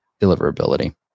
deliverability